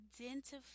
identify